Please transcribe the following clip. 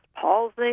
palsy